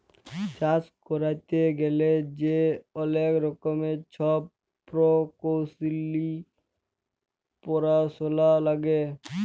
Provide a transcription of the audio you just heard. চাষ ক্যইরতে গ্যালে যে অলেক রকমের ছব পরকৌশলি পরাশলা লাগে